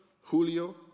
Julio